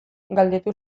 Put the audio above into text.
galdetu